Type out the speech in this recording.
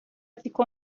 ficou